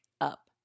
up